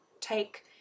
take